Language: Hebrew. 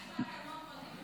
אני מסכימה להתאמות,